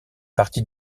partie